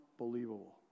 unbelievable